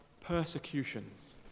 persecutions